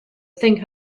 thing